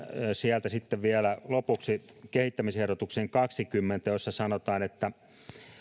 sieltä vielä lopuksi kehittämisehdotuksen kaksikymmentä jossa sanotaan